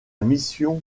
mission